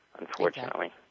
unfortunately